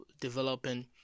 developing